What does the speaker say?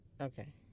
Okay